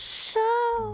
show